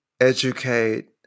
educate